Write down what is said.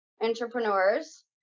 entrepreneurs